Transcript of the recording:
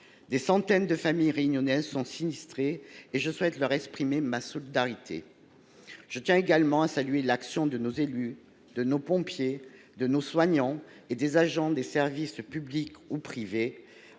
Des centaines de familles réunionnaises sont sinistrées ; je souhaite leur exprimer ma solidarité. Je tiens également à saluer l’action de nos élus, de nos pompiers, de nos soignants et des agents des services publics ou privés